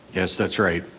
yes, that's right.